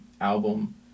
album